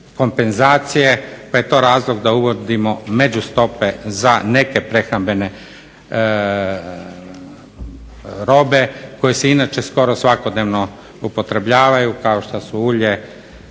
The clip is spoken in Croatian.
kompenzacije, pa je to razlog da uvodimo međustope za neke prehrambene robe koje se inače svakodnevno upotrebljavaju kao što su ulje,